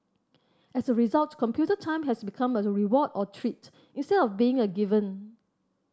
as a result computer time has become a reward or treat instead of being a given